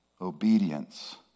obedience